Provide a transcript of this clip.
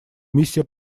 миссия